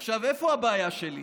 עכשיו, איפה הבעיה שלי?